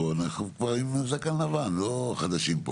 אנחנו כבר עם זקן לבן, לא חדשים פה.